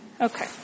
Okay